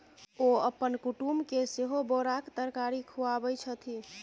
ओ अपन कुटुमके सेहो बोराक तरकारी खुआबै छथि